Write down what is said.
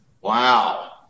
Wow